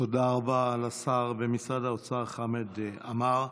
תודה רבה לשר במשרד האוצר חמד עמאר.